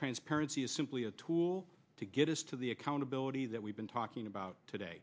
transparency is simply a tool to get us to the accountability that we've been talking about today